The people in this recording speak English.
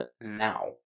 now